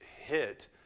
hit